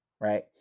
right